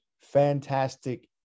Fantastic